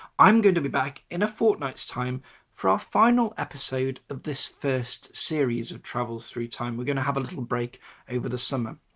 i'm going to be back in a fortnight's time for our final episode of this first series of travels through time. we're going to have a little break over the summer.